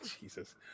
Jesus